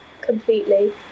completely